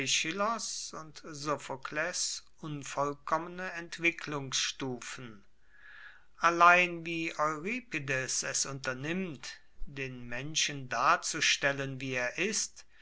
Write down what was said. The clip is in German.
aeschylos und sophokles unvollkommene entwicklungsstufen allein wie euripides es unternimmt den menschen darzustellen wie er ist